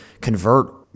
convert